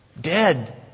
dead